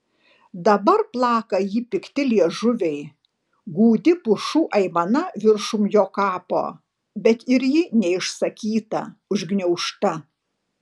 dabar plaka jį pikti liežuviai gūdi pušų aimana viršum jo kapo bet ir ji neišsakyta užgniaužta